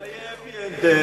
אולי יהיה happy end.